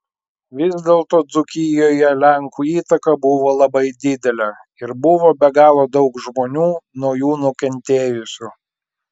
vis dėlto dzūkijoje lenkų įtaka buvo labai didelė ir buvo be galo daug žmonių nuo jų nukentėjusių